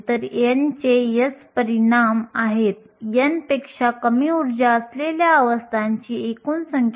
तर आपण वाहक बँडच्या तळाशी ऊर्जा लिहित आहोत तर f हे 11exp⁡kT आहे